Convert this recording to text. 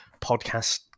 podcast